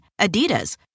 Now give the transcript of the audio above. Adidas